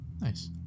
nice